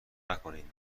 نکنین